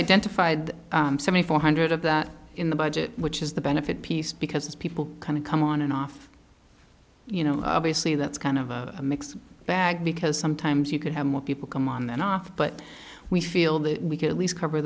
identified four hundred of them in the budget which is the benefit piece because people kind of come on and off you know obviously that's kind of a mixed bag because sometimes you could have more people come on and off but we feel that we could at least cover